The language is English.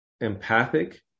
empathic